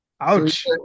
Ouch